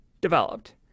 developed